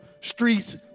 streets